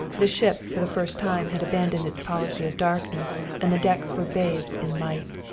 the ship for the first time had abandoned its policy of darkness and the decks were bathed in light.